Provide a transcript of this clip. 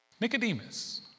Nicodemus